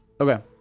Okay